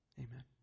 Amen